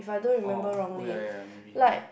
oh oh ya ya ya maybe ya